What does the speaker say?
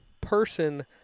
person